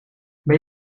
ben